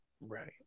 right